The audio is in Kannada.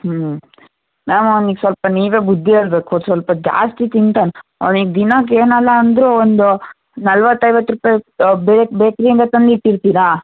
ಹ್ಞೂ ಮ್ಯಾಮ್ ಅವ್ನಿಗೆ ಸ್ವಲ್ಪ ನೀವೇ ಬುದ್ಧಿ ಹೇಳ್ಬೇಕು ಸ್ವಲ್ಪ ಜಾಸ್ತಿ ತಿಂತಾನೆ ಅವ್ನಿಗೆ ದಿನಕ್ಕೆ ಏನಲ್ಲ ಅಂದರೂ ಒಂದು ನಲ್ವತ್ತು ಐವತ್ತು ರೂಪಾಯಿ ಅ ಬೇಕು ಬೇಕ್ರಿಯಿಂದ ತಂದಿಟ್ಟಿರ್ತಿರಾ